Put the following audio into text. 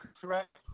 correct